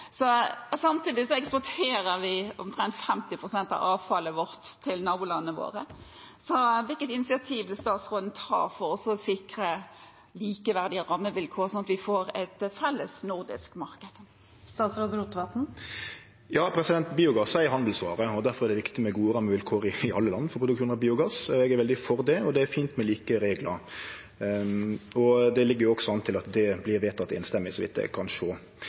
Samtidig eksporterer vi omtrent 50 pst. av avfallet vårt til nabolandene våre. Hvilket initiativ vil statsråden ta for å sikre likeverdige rammevilkår, slik at vi får et felles nordisk marked? Biogass er ei handelsvare, og difor er det viktig med gode rammevilkår i alle land for produksjon av biogass. Eg er veldig for det, og det er fint med like reglar. Det ligg også an til at det vert vedteke samrøystes, så vidt eg kan sjå.